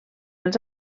els